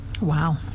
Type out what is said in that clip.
Wow